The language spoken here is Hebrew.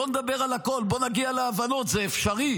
בואו נדבר על הכול, בואו נגיע להבנות, זה אפשרי.